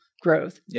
growth